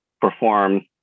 perform